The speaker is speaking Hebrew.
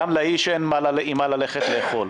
גם לאיש אין עם מה ללכת לאכול.